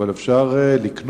אבל אפשר לקנוס,